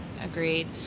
Agreed